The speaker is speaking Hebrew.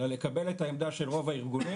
אלא לקבל את העמדה של רוב הארגונים,